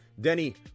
Denny